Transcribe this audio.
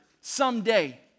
someday